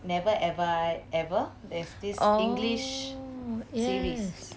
oh yes